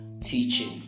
teaching